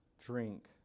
drink